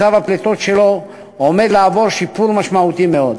מצב הפליטות שלו עומד לעבור שיפור משמעותי מאוד.